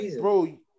Bro